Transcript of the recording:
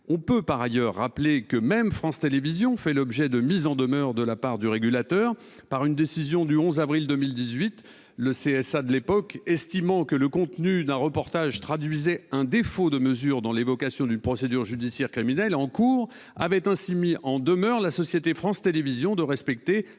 On peut, par ailleurs, rappeler que même France Télévisions fait l'objet de mises en demeure de la part du régulateur. Par une décision du 11 avril 2018, le Conseil supérieur de l'audiovisuel, estimant que le contenu d'un reportage traduisait un défaut de mesure dans l'évocation d'une procédure judiciaire criminelle en cours, avait ainsi mis en demeure la société France Télévisions de respecter